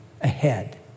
ahead